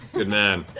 good man.